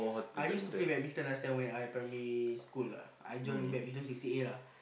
I used to play badminton last time when I primary school lah I join badminton C_C_A lah